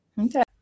okay